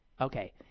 Okay